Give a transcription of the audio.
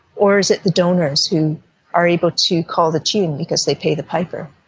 or is it the donors who are able to call the tune because they pay the piper?